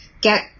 get